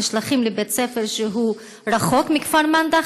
נשלחים לבית-ספר שהוא רחוק מכפר מנדא.